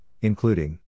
including